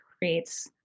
creates